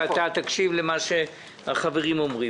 ואז תקשיב לְמה שהחברים אומרים.